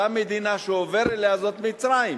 המדינה שהוא עובר אליה היא מצרים,